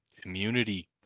community